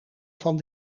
van